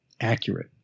accurate